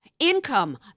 Income